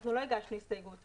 אנחנו לא הגשנו הסתייגות,